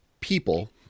people